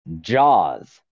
Jaws